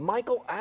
Michael